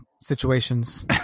situations